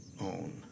own